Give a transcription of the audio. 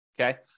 okay